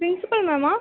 principal Mema